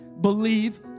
believe